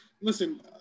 listen